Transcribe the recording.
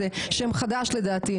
זה שם חדש לדעתי,